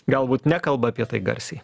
galbūt nekalba apie tai garsiai